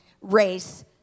race